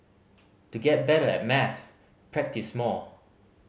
to get better at maths practise more